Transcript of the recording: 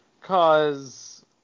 cause